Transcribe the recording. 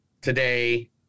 today